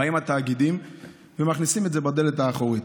באים התאגידים ומכניסים את זה בדלת האחורית,